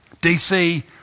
DC